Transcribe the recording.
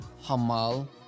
Hamal